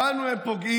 // בנו הם פוגעים,